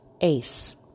ACE